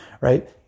Right